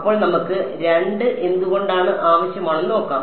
അപ്പോൾ നമുക്ക് 2 എന്തുകൊണ്ട് ആവശ്യമാണെന്ന് നോക്കാം